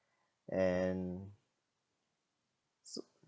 and so